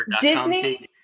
disney